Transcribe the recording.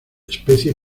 especie